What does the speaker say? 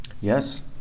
Yes